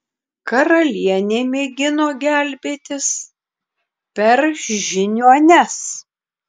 karalienė mėgino gelbėtis per žiniuones